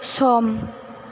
सम